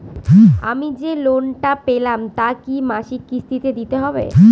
আমি যে লোন টা পেলাম তা কি মাসিক কিস্তি তে দিতে হবে?